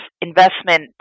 investment